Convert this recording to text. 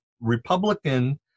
Republican